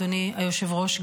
אדוני היושב-ראש,